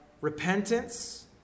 repentance